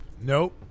Nope